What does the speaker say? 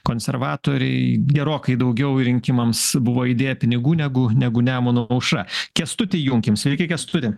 konservatoriai gerokai daugiau rinkimams buvo įdėję pinigų negu negu nemuno aušra kęstutį junkim sveiki kęstuti